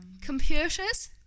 Computers